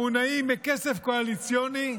המונעים מכסף קואליציוני,